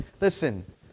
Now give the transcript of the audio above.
listen